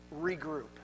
regroup